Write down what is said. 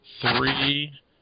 three